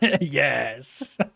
yes